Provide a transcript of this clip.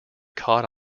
caught